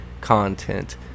content